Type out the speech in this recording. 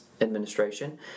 administration